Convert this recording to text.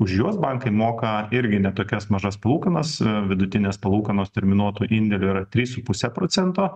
už juos bankai moka irgi ne tokias mažas palūkanas vidutinės palūkanos terminuotų indėlių yra trys su puse procento